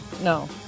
No